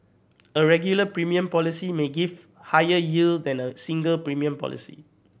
a regular premium policy may give higher yield than a single premium policy